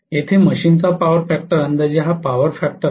येथे मशीनचा power factor अंदाजे हा पॉवर फॅक्टर आहे